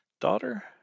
daughter